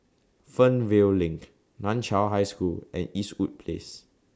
Fernvale LINK NAN Chiau High School and Eastwood Place